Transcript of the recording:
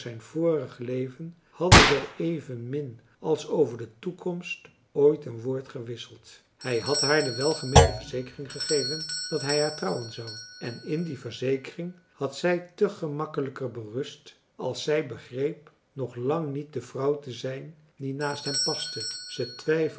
vorig leven hadden zij evenmin als over de toekomst ooit een woord gewisseld hij had haar de welgemeende verzekering gegeven dat hij haar trouwen zou en in die verzekering had zij te gemakkelijker berust als zij begreep nog lang niet de vrouw te zijn die naast hem paste zij twijfelde